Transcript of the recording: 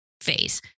phase